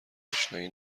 آشنایی